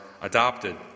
adopted